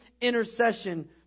intercession